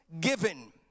given